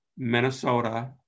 Minnesota